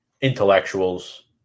intellectuals